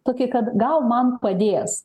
tokį kad gal man padės